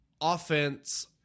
offense